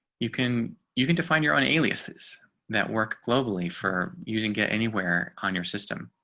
you can you can define your own aliases that work globally for using get anywhere on your system.